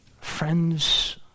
friends